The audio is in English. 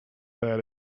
that